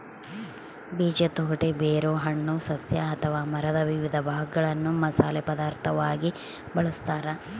ಬೀಜ ತೊಗಟೆ ಬೇರು ಹಣ್ಣು ಸಸ್ಯ ಅಥವಾ ಮರದ ವಿವಿಧ ಭಾಗಗಳನ್ನು ಮಸಾಲೆ ಪದಾರ್ಥವಾಗಿ ಬಳಸತಾರ